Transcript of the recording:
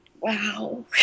wow